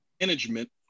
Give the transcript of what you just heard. management